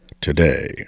today